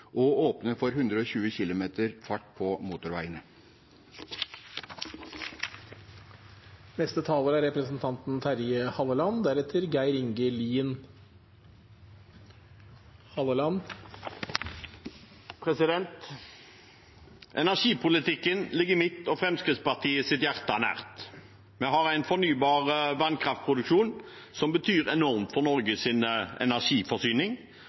og åpner for 120 km/t på motorveiene. Energipolitikken ligger mitt og Fremskrittspartiets hjerte nær. Vi har en fornybar vannkraftproduksjon som betyr enormt for Norges energiforsyning,